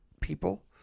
people